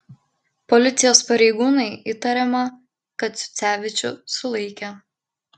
policijos pareigūnai įtariamą kaciucevičių sulaikė